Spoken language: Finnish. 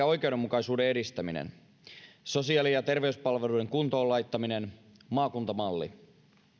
oikeudenmukaisuuden edistäminen sosiaali ja terveyspalvelujen kuntoon laittaminen maakuntamalli